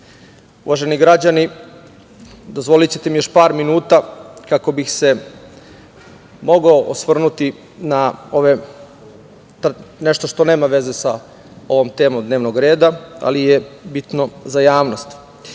naroda. Uvaženi građani, dozvolićete mi još par minuta, kako bih se mogao osvrnuti nešto što nema veze sa ovom temom dnevnog reda, ali je bitno za javnost.